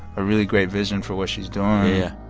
a really great vision for what she's doing yeah.